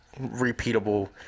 repeatable